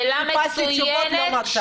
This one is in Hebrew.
חיפשתי תשובות אך לא מצאתי.